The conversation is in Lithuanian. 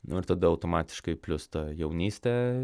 nu ir tada automatiškai plius ta jaunystė